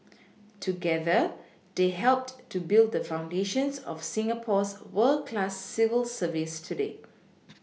together they helped to build the foundations of Singapore's world class civil service today